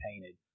painted